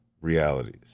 realities